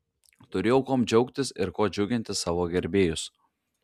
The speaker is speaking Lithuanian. turėjau kuom džiaugtis ir kuo džiuginti savo gerbėjus